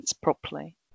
properly